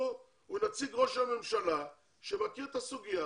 הוא נציג ראש הממשלה שמכיר את הסזוגיה